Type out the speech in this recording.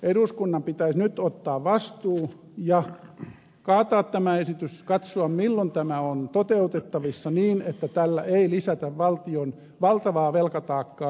eduskunnan pitäisi nyt ottaa vastuu ja kaataa tämä esitys katsoa milloin tämä on toteutettavissa niin että tällä ei lisätä valtion valtavaa velkataakkaa